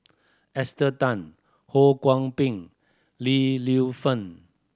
Esther Tan Ho Kwon Ping Li Lienfung